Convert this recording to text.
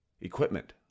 equipment